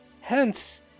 Hence